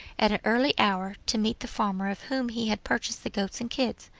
at an early hour, to meet the farmer of whom he had purchased the goats and kids.